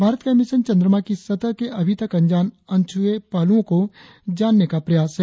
भारत का ये मिशन चंद्रमा की सतह के अभी तक अनजान अनछुए पहलुओं को जानने का प्रयास है